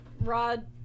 Rod